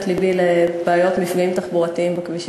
לבי לבעיות ומפגעים תחבורתיים בכבישים.